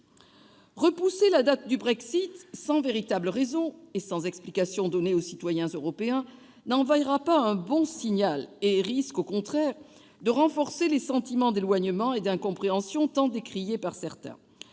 Repousser la date du Brexit, sans véritable raison et sans explication donnée aux citoyens européens, n'enverra pas un bon signal et risque, au contraire, de renforcer les sentiments d'éloignement et d'incompréhension tant décriés par certains.